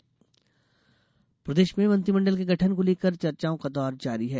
मंत्रिमंडल गठन प्रदेश में मंत्रिमंडल के गठन को लेकर चर्चाओं का दौर जारी है